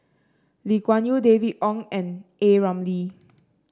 Lee Kuan Yew David Wong and A Ramli